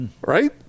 right